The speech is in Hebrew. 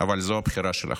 אבל זו הבחירה שלכם.